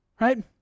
right